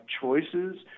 choices